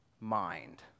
mind